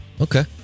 Okay